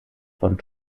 von